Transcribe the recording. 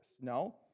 No